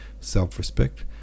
self-respect